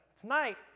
tonight